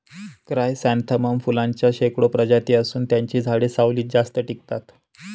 chrysanthemum फुलांच्या शेकडो प्रजाती असून त्यांची झाडे सावलीत जास्त टिकतात